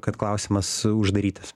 kad klausimas uždarytas